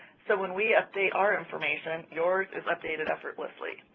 so when we update our information, yours is updated effortlessly.